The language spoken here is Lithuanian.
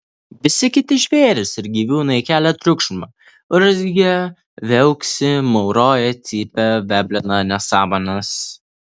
visi kiti žvėrys ir gyvūnai kelia triukšmą urzgia viauksi mauroja cypia veblena nesąmones